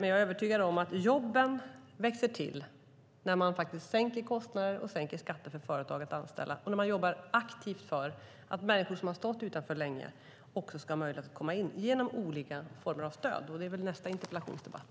Jag är övertygad om att jobben växer till när kostnaderna och skatterna för att anställa sänks för företagen och när man jobbar aktivt för att människor som länge har stått utanför arbetsmarknaden också ska få möjlighet att komma in med hjälp av olika former av stöd. Det gäller också nästa interpellationsdebatt.